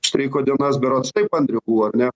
už streiko dienas berods taip andriau buvo ar ne